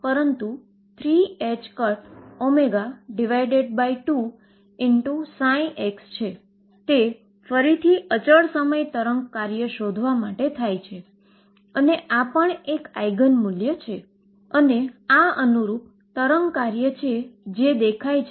તેથી En અને તેને અનુરૂપ વેવ ફંક્શન xએ કેટલાક અચળાંક Asin nπL x છે તો આ વેવ ફંક્શન કેવા દેખાય છે